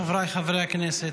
חבריי חברי הכנסת,